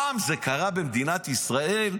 פעם זה קרה במדינת ישראל?